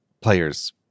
players